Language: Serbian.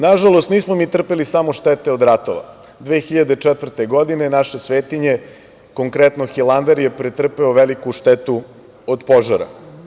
Nažalost, nismo mi trpeli samo štete od ratova, 2004. godine naše svetinje, konkretno Hilandar je pretrpeo veliku štetu od požara.